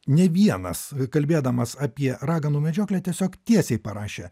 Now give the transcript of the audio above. ne vienas kalbėdamas apie raganų medžioklę tiesiog tiesiai parašė